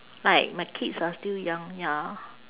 like my kids are still young ya